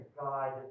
God